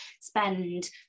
spend